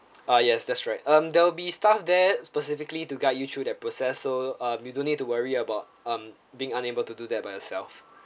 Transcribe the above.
ah yes that's right um there'll be stuff there that specifically to guide you through that process so uh you don't need to worry about um being unable to do that by yourself